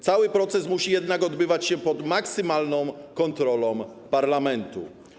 Cały proces musi jednak odbywać się pod maksymalną kontrolą parlamentu.